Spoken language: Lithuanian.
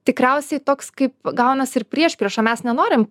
tikriausiai toks kaip gaunasi ir priešprieša mes nenorim